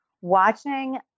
watching